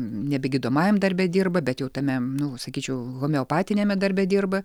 nebe gydomajam darbe dirba bet jau tame nu sakyčiau homeopatiniame darbe dirba